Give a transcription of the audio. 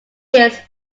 years